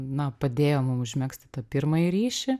na padėjo mum užmegzti tą pirmąjį ryšį